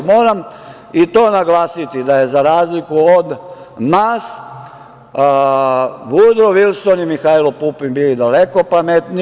Moram i to naglasiti da su za razliku od nas Vudro Vilson i Mihajlo Pupin bili daleko pametniji.